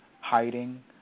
hiding